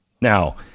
now